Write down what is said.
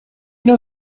know